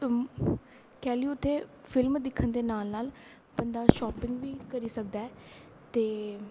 कैह्ली उत्थें फिल्म दिक्खन दे नाल नाल बंदा शॉपिंग बी करी सकदा ऐ